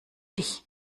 dich